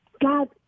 God